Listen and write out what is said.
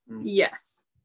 yes